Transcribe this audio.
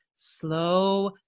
slow